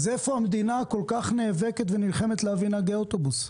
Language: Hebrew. אז איפה המדינה כל כך נאבקת ונלחמת להביא נהגי אוטובוס?